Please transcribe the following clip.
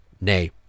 Nay